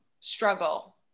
struggle